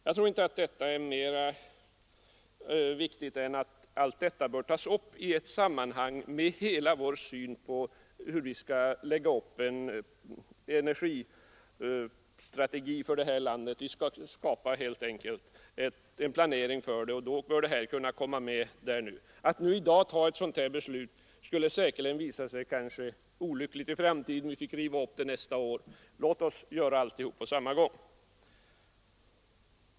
Jag tror inte att det är mer viktigt än att det bör tas upp i ett sammanhang som gäller hela vår syn på hur man skall planera en energistrategi för det här landet. Att nu i dag ta ett sådant beslut som begärs i reservationen skulle kanske visa sig olyckligt i framtiden; vi finge riva upp det nästa år. Låt oss göra allt på samma gång.